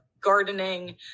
gardening